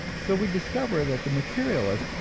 so we discover that the materialist,